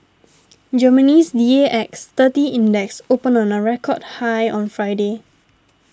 Germany's D A X thirty Index opened on a record high on Friday